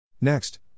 Next